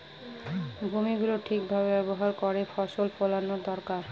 ভূমি গুলো ঠিক ভাবে ব্যবহার করে ফসল ফোলানো দরকার